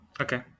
Okay